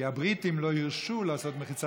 זה כי הבריטים לא הרשו לעשות מחיצה,